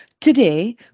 Today